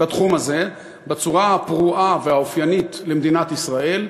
בתחום הזה, בצורה הפרועה האופיינית למדינת ישראל,